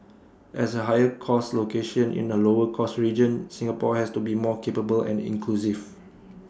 as A higher cost location in A lower cost region Singapore has to be more capable and inclusive